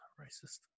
racist